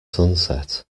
sunset